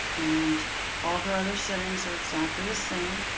and all her other settings are exactly the same.